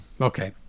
Okay